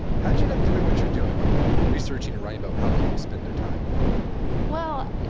how'd you end up doing what you're doing? like researching and writing about how people spend their time well,